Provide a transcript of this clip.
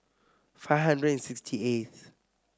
five hundred and sixty eighth